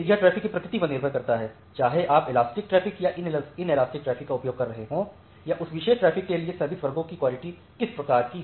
यह ट्रैफ़िक की प्रकृति पर निर्भर करता है चाहे आप इलास्टिक ट्रैफ़िक या इन इलास्टिक ट्रैफ़िक का उपयोग कर रहे हों या उस विशेष ट्रैफ़िक के लिए सर्विस वर्गों की क्वालिटी किस प्रकार की हो